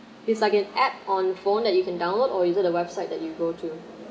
it's like an app on phone that you can download or is it the website that you go to